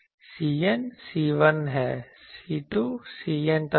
Cn C1 है C2 Cn तक है